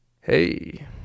Hey